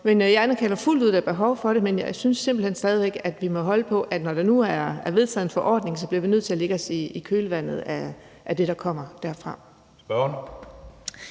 jeg anerkender fuldt ud, at der er behov for det, men jeg synes simpelt hen stadig væk, at vi må holde på, at når der nu er vedtaget en forordning, bliver vi nødt til at lægge os i kølvandet af det, der kommer derfra. Kl.